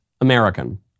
American